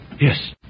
Yes